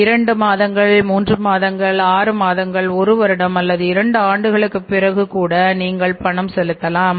2 மாதங்கள் 3 மாதங்கள் 6 மாதங்கள் 1 வருடம் அல்லது 2 ஆண்டுகளுக்குப் பிறகு கூட நீங்கள் பணம் செலுத்தலாம்